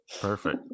perfect